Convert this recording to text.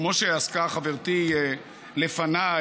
כמו שעסקה חברתי לפניי,